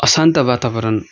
अशान्त वातावरण